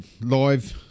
live